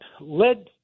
led –